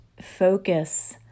focus